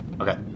Okay